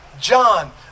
John